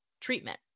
treatment